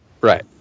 Right